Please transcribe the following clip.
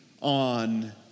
on